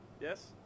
yes